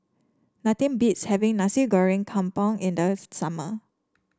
nothing beats having Nasi Goreng Kampung in the summer